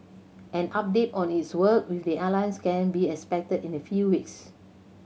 an update on its work with the airlines can be expected in a few weeks